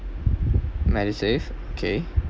MediSave okay